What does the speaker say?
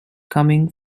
from